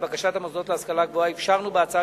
לבקשת המוסדות להשכלה גבוהה אפשרנו בהצעה